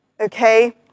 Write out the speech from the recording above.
Okay